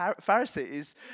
Pharisees